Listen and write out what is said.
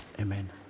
Amen